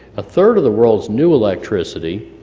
a third of the world's new electricity,